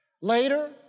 Later